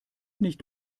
nicht